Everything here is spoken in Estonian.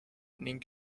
ning